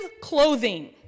clothing